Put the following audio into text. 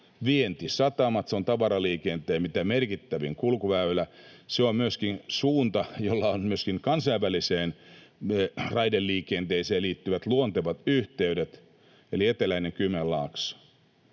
vientisatamat, se on mitä merkittävin tavaraliikenteen kulkuväylä, se on myöskin suunta, jolla on myöskin kansainväliseen raideliikenteeseen liittyvät luontevat yhteydet — eli eteläinen Kymenlaakso.